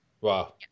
Wow